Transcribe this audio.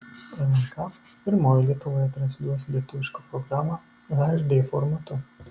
lnk pirmoji lietuvoje transliuos lietuvišką programą hd formatu